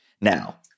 now